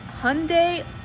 Hyundai